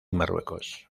marruecos